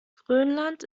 grönland